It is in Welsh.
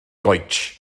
goets